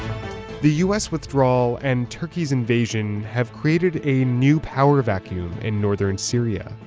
the us withdrawal and turkey's invasion have created a new power vacuum in northern syria,